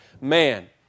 man